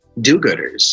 do-gooders